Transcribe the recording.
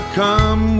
come